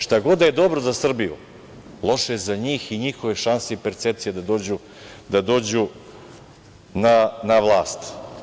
Šta god da je dobro za Srbiju, loše je za njih i njihove šanse i percepcije da dođu na vlast.